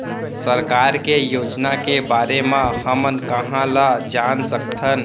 सरकार के योजना के बारे म हमन कहाँ ल जान सकथन?